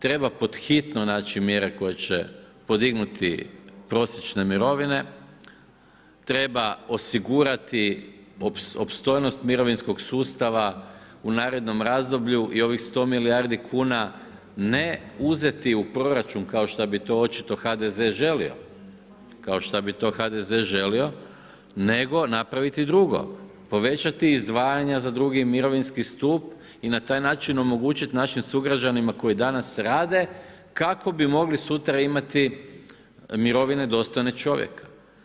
Treba pod hitno naći mjere koje će podignuti prosječne mirovine, treba osigurati opstojnost mirovinskog sustava u narednom razdoblju i ovih 100 milijardi kuna ne uzeti u proračun kao šta bi to očito HDZ želio, kao što bi to HDZ želio, nego napraviti drugo, povećati izdvajanja za drugi mirovinski stup i na taj način omogućiti našim sugrađanima koji danas rade kako bi mogli sutra imati mirovine dostojne čovjeka.